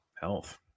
health